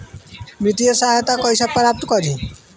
वित्तीय सहायता कइसे प्राप्त करी?